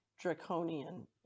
draconian